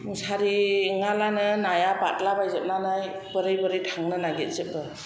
मुसारि ओङालानो नाया बादला बायजोबनानै बोरै बोरै थांनो नागेरजोबो